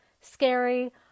scary